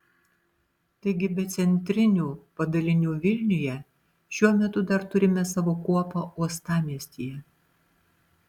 taigi be centrinių padalinių vilniuje šiuo metu dar turime savo kuopą uostamiestyje